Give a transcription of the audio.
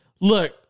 Look